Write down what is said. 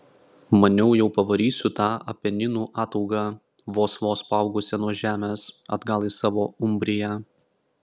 maniau jau pavarysiu tą apeninų ataugą vos vos paaugusią nuo žemės atgal į savo umbriją